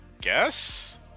guess